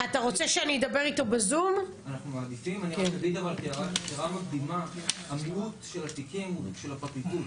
אני רק אגיד כהערה מקדימה: מיעוט התיקים הוא של הפרקליטות.